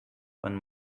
one